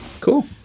cool